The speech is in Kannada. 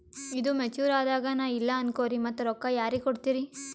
ಈದು ಮೆಚುರ್ ಅದಾಗ ನಾ ಇಲ್ಲ ಅನಕೊರಿ ಮತ್ತ ರೊಕ್ಕ ಯಾರಿಗ ಕೊಡತಿರಿ?